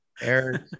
eric